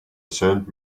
sent